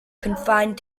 confined